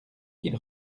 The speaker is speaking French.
qu’il